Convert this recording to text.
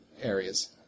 areas